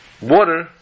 water